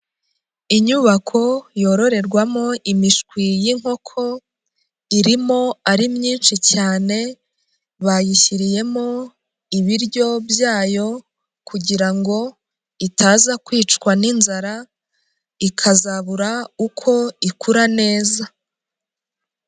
Inyubako yororerwamo imishwi y'inkoko, irimo ari myinshi cyane, bayishyiriyemo ibiryo byayo kugira ngo itaza kwicwa n'inzara, ikazabura uko ikura neza.